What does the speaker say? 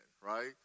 right